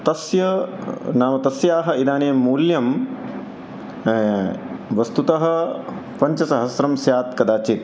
तस्य नाम तस्याः इदानीं मूल्यं वस्तुतः पञ्चसहस्रं स्यात् कदाचित्